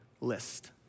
list